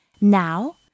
Now